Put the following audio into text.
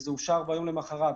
וזה אושר ביום למחרת,